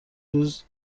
روز